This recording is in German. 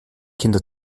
kinder